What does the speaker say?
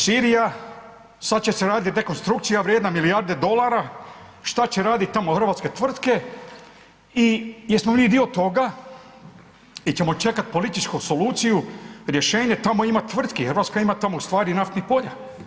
Sirija, sad će se raditi rekonstrukcija vrijedna milijarde dolara, šta će radit tamo hrvatske tvrtke i jesmo li dio toga ili ćemo čekati političku soluciju, rješenje, tamo ima tvrtki, Hrvatska ima tamo ustvari naftnih polja.